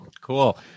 cool